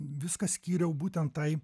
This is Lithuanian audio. viską skyriau būtent tai